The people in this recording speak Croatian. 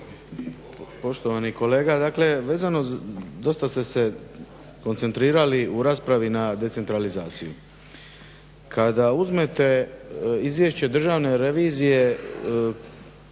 Poštovani kolega, dakle vezano, dosta ste se koncentrirali u raspravi na decentralizaciju. Kada uzmete izvješće Državne revizije